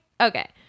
okay